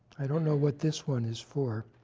i don't know what this one is for